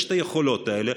יש את היכולות האלה,